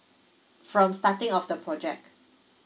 from starting of the project